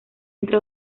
entre